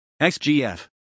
XGF